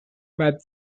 but